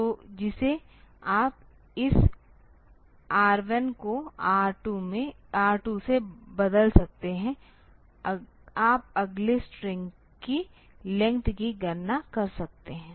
तो जिसे आप इस R 1 को R 2 से बदल सकते हैं आप अगले स्ट्रिंग की लेंथ की गणना कर सकते हैं